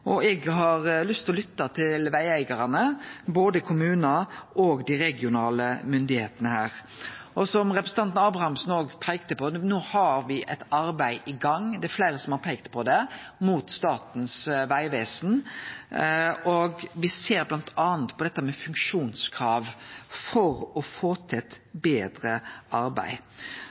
Eg har lyst til å lytte til vegeigarane her, både til kommunar og til dei regionale myndigheitene. Som representanten Abrahamsen og fleire har peikt på: No har me eit arbeid i gang mot Statens vegvesen, og me ser bl.a. på dette med funksjonskrav for å få til eit betre arbeid.